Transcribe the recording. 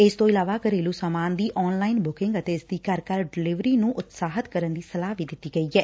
ਇਸ ਤੋਂ ਇਲਾਵਾ ਘਰੇਲੁ ਸਾਮਾਨ ਦੀ ਆਨਲਾਈਨ ਬੁਕਿੰਗ ਅਤੇ ਇਸ ਦੀ ਘਰ ਘਰ ਡਿਲਵਰੀ ਨੂੰ ਉਤਸ਼ਾਹਿਤ ਕਰਨ ਦੀ ਸਲਾਹ ਵੀ ਦਿੱਤੀ ਗਈ ਐ